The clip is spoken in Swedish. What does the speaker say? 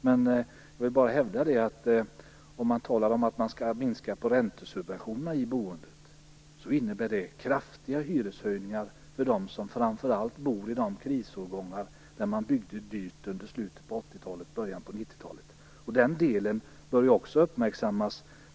Men om man talar om att minska räntesubventionerna för boendet innebär det kraftiga hyreshöjningar framför allt för dem som bor i de krisårgångar som byggdes dyrt, i slutet på 80-talet och början på 90 talet. Den delen bör ju också uppmärksammas.